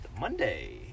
Monday